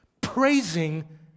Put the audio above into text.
praising